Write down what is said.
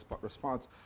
response